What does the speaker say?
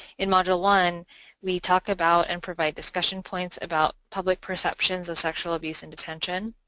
in module one we talk about and provide discussion points about public perceptions of sexual abuse in detention,